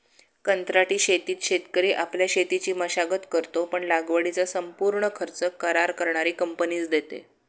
कंत्राटी शेतीत शेतकरी आपल्या शेतीची मशागत करतो, पण लागवडीचा संपूर्ण खर्च करार करणारी कंपनीच देते